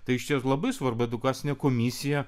tai išties labai svarbu edukacinė komisija